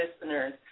listeners